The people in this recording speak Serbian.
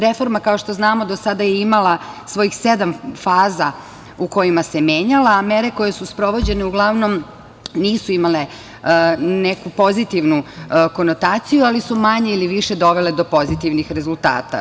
Reforma, kao što znamo, do sada je imala svojih sedam faza u kojima se menjala, a mere koje su sprovođene uglavnom nisu imale neku pozitivnu konotaciju, ali su manje ili više dovele do pozitivnih rezultata.